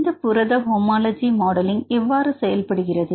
இந்த புரத homology modelling எவ்வாறு செயல்படுகிறது